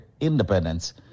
independence